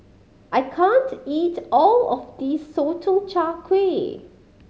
I can't eat all of this Sotong Char Kway